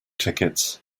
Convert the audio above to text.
tickets